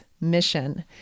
mission